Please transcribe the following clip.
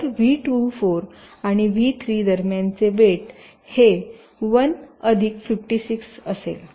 तर V24 आणि V3 दरम्यानचे वेट हे 1 अधिक 56 असेल